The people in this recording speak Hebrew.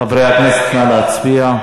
חברי הכנסת, נא להצביע.